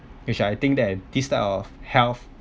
which I think that this type of health